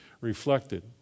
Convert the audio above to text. Reflected